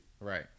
Right